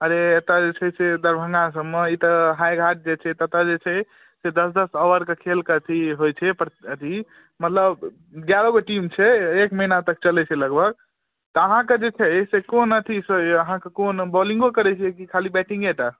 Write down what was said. अरे एतऽ जे छै से दरभङ्गा सबमे ई तऽ हायाघाट जे छै ततऽ जे छै से दश दश ऑभरके खेल कऽ अथी होइत छै प्र अथी मतलब जाएगो टीम छै एक महिना तक चलैत छै लगभग तऽ अहाँकेँ जे छै से कोन अथीसँ अइ अहाँकऽ कोन बोलिङ्गो करैत छियै कि खाली बैटिङ्गे टा